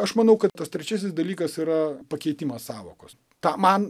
aš manau kad tas trečiasis dalykas yra pakeitimas sąvokos tą man